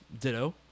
Ditto